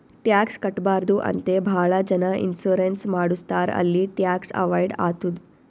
tax ಕಟ್ಬಾರ್ದು ಅಂತೆ ಭಾಳ ಜನ ಇನ್ಸೂರೆನ್ಸ್ ಮಾಡುಸ್ತಾರ್ ಅಲ್ಲಿ ಟ್ಯಾಕ್ಸ್ ಅವೈಡ್ ಆತ್ತುದ್